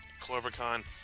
Clovercon